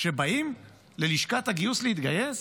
כשבאים ללשכת הגיוס להתגייס.